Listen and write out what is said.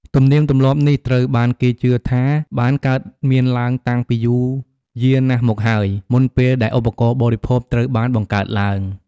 ទំនៀមទម្លាប់នេះត្រូវបានគេជឿថាបានកើតមានឡើងតាំងពីយូរយារណាស់មកហើយ មុនពេលដែលឧបករណ៍បរិភោគត្រូវបានបង្កើតឡើង។